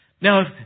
Now